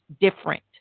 different